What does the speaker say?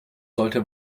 sollte